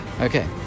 Okay